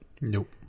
Nope